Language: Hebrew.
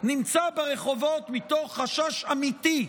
נמצא ברחובות מתוך חשש אמיתי,